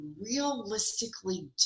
realistically